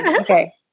Okay